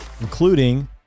including